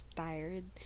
tired